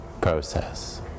process